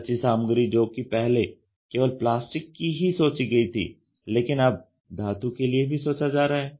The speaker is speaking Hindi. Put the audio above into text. कच्ची सामग्री जो कि पहले केवल प्लास्टिक की ही सोची गई थी लेकिन अब धातु के लिए भी सोचा जा रहा है